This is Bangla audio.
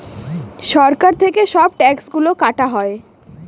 সরকার থেকে সব ট্যাক্স গুলো কাটা হয়